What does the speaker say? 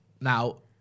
Now